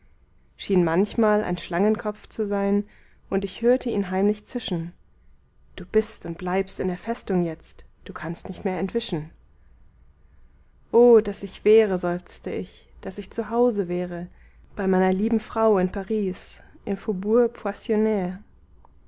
schien manchmal ein schlangenkopf zu sein und ich hörte ihn heimlich zischen du bist und bleibst in der festung jetzt du kannst nicht mehr entwischen oh daß ich wäre seufzte ich daß ich zu hause wäre bei meiner lieben frau in paris im